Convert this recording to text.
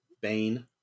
Bane